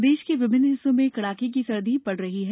मौसम प्रदेश के विभिन्न हिस्सों में कड़ाके की सर्दी पड़ रही है